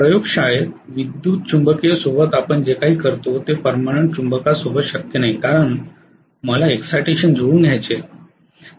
प्रयोगशाळेत विद्युतचुंबकीय सोबत आपण जे काही करतो ते परमनंट चुंबकासोबत शक्य नाही कारण मला एक्साईडटेशन जुळवून घ्यायचे आहे